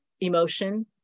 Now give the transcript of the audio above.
emotion